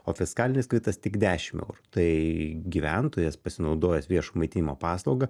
o fiskalinis kvitas tik dešimt eurų tai gyventojas pasinaudojęs viešojo maitinimo paslauga